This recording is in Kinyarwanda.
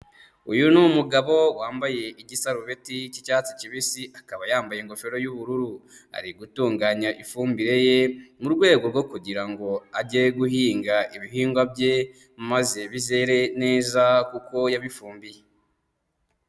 Uyu ni umugabo wambaye igisarubeti cy'icyatsi kibisi, akaba yambaye ingofero y'ubururu, ari gutunganya ifumbire ye mu rwego rwo kugira ngo ajye guhinga ibihingwa bye maze bizere neza kuko yabifumbiye.